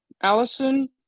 Allison